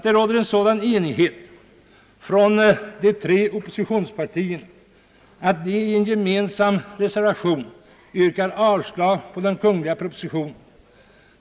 Det råder en sådan enighet mellan de tre oppositionspartierna att de i en gemensam reservation yrkar avslag på propositionen.